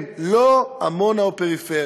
כן, לא, עמונה או פריפריה.